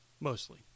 mostly